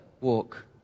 walk